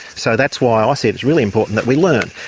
so that's why i see it as really important that we learn,